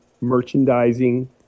merchandising